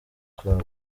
club